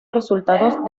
resultados